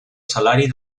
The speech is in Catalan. salari